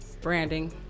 Branding